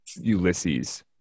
Ulysses